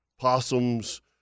possums